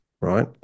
right